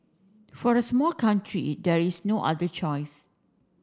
for a small country there is no other choice